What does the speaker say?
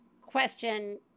question